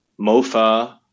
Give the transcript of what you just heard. MOFA